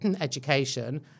Education